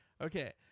Okay